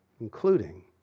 including